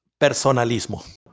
personalismo